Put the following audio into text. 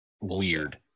weird